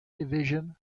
division